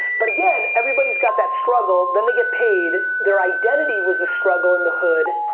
but again, everybody's got that struggle, then they get paid, their identity was the struggle in the hood.